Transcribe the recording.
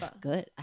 good